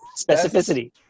Specificity